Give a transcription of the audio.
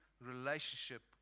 relationship